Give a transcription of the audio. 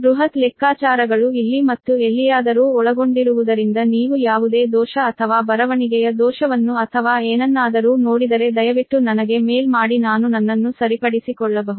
ಬೃಹತ್ ಲೆಕ್ಕಾಚಾರಗಳು ಇಲ್ಲಿ ಮತ್ತು ಎಲ್ಲಿಯಾದರೂ ಒಳಗೊಂಡಿರುವುದರಿಂದ ನೀವು ಯಾವುದೇ ಎರರ್ ಅಥವಾ ಬರವಣಿಗೆಯ ಎರರ್ ಅನ್ನು ಅಥವಾ ಏನನ್ನಾದರೂ ನೋಡಿದರೆ ದಯವಿಟ್ಟು ನನಗೆ ಮೇಲ್ ಮಾಡಿ ನಾನು ನನ್ನನ್ನು ಸರಿಪಡಿಸಿಕೊಳ್ಳಬಹುದು